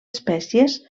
espècies